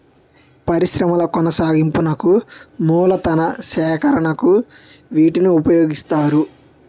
పరిశ్రమల కొనసాగింపునకు మూలతన సేకరణకు వీటిని ఉపయోగిస్తారు